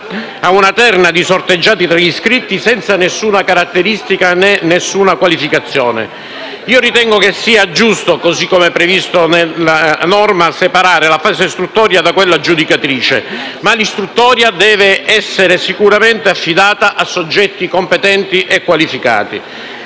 ad una terna di sorteggiati tra gli iscritti, senza alcuna caratteristica o qualificazione. Ritengo che sia giusto, così come previsto nella norma, separare la fase istruttoria da quella giudicatrice, ma l'istruttoria deve essere sicuramente affidata a soggetti competenti e qualificati.